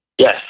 Yes